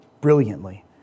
brilliantly